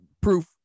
proof